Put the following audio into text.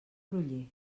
groller